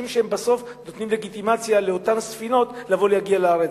שבסוף נותנים לגיטימציה לאותן ספינות להגיע לארץ.